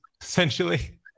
essentially